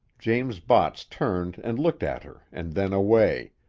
james botts turned and looked at her and then away,